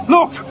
Look